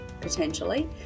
potentially